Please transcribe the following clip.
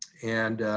and,